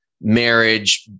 marriage